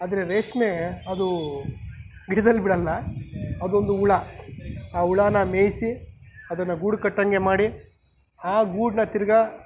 ಆದರೆ ರೇಷ್ಮೆ ಅದು ಗಿಡ್ದಲ್ಲಿ ಬಿಡೋಲ್ಲ ಅದೊಂದು ಹುಳ ಆ ಹುಳಾನ ಮೇಯಿಸಿ ಅದನ್ನು ಗೂಡು ಕಟ್ಟೋಂಗೆ ಮಾಡಿ ಆ ಗೂಡನ್ನ ತಿರ್ಗಿ